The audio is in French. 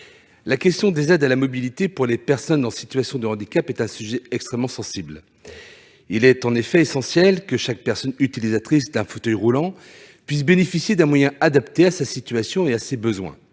La question des aides à la mobilité pour les personnes en situation de handicap est un sujet extrêmement sensible. Il est effectivement essentiel que chaque personne utilisatrice d'un fauteuil roulant puisse bénéficier d'un moyen adapté à sa situation et à ses besoins.